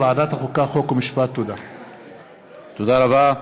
תודה רבה,